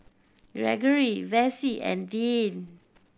Gregory Vessie and Deeann